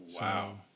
Wow